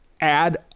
add